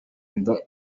inda